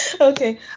Okay